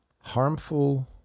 harmful